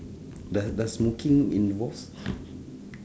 the the smoking in what